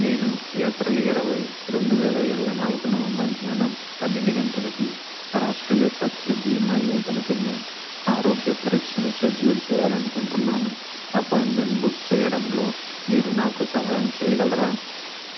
నేను ఏప్రిల్ ఇరవై రెండు వేల ఇరవై నాలుగున మధ్యాహ్నం పన్నెండు గంటలకి అరాష్ట్రీయ సస్థ్య భీమా యోజన ఆరోగ్య పరీక్షను షెడ్యూల్ చేయాలని అనుకుంటున్నాను అపాయింట్మెంట్ బుక్ చేయడంలో మీరు నాకు సహాయం చేయగలరా